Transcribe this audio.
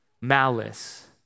malice